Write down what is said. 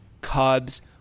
Cubs